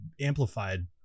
amplified